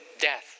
death